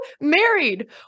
married